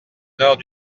nord